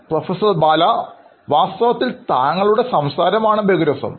professor ബാലവാസ്തവത്തിൽ താങ്കളുടെ സംസാരമാണ് ബഹുരസം